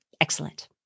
Excellent